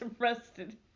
arrested